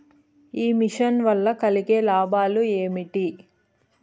ఈ మిషన్ వల్ల కలిగే లాభాలు ఏమిటి?